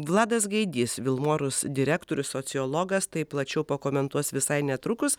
vladas gaidys vilmorus direktorius sociologas tai plačiau pakomentuos visai netrukus